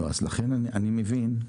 אני מבין.